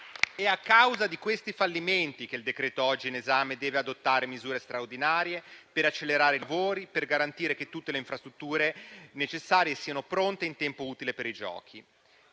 È a causa di questi fallimenti che il decreto-legge oggi in esame deve adottare misure straordinarie per accelerare i lavori, per garantire che tutte le infrastrutture necessarie siano pronte in tempo utile per i Giochi.